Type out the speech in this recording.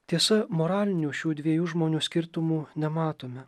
tiesa moralinių šių dviejų žmonių skirtumų nematome